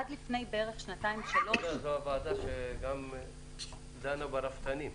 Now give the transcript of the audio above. עד לפני כשנתיים, שלוש ----- שגם דנה ברפתנים.